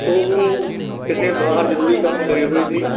ਉਹ ਕਿਸੇ ਬਾਹਰ ਜ਼ਰੂਰੀ ਕੰਮ ਗਏ ਹੋਏ ਸੀ